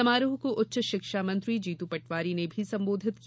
समारोह को उच्च शिक्षा मंत्री जीतू पटवारी ने भी संबोधित किया